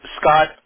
Scott